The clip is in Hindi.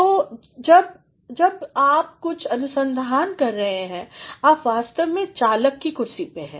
तो जब आप कुछ अनुसंधान कर रहे हैं आप वास्तव में चालक की कुर्सी में हैं